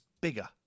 bigger